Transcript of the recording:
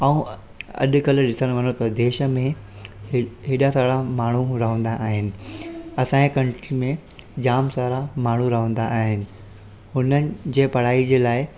ऐं अॼुकल्ह ॾिसण वञो त देश में हे एॾा सारा माण्हू रहंदा आहिनि असांजे कंट्री में जाम सारा माण्हू रहंदा आहिनि उन्हनि जे पढ़ाई जे लाइ